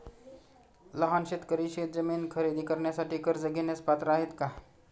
लहान शेतकरी शेतजमीन खरेदी करण्यासाठी कर्ज घेण्यास पात्र आहेत का?